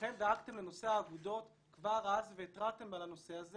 אכן דאגתם לנושא האגודות כבר אז והתרעתם על הנושא הזה